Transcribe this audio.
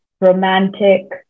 romantic